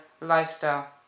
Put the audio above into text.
lifestyle